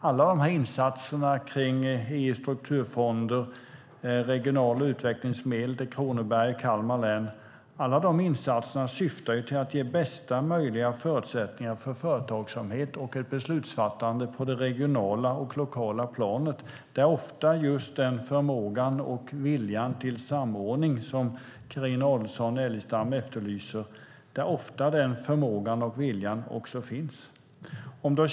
Alla insatser med EU:s strukturfonder och de regionala utvecklingsmedlen till Kronobergs och Kalmar län syftar till att ge bästa möjliga förutsättningar för företagsamhet och ett beslutsfattande på det regionala och det lokala planet, där ofta den förmåga och vilja till samordning som Carina Adolfsson Elgestam efterlyser finns.